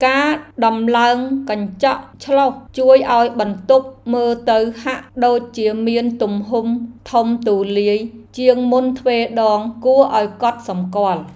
ការដំឡើងកញ្ចក់ឆ្លុះជួយឱ្យបន្ទប់មើលទៅហាក់ដូចជាមានទំហំធំទូលាយជាងមុនទ្វេដងគួរឱ្យកត់សម្គាល់។